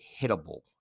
hittable